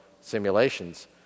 simulations